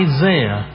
Isaiah